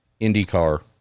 IndyCar